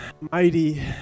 mighty